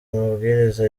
mabwiriza